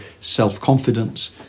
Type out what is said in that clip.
self-confidence